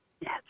Yes